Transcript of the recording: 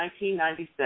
1996